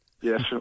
yes